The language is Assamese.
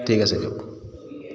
ঠিক আছে দিয়ক